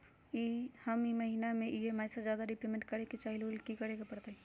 हम ई महिना में ई.एम.आई से ज्यादा रीपेमेंट करे के चाहईले ओ लेल की करे के परतई?